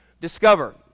Discover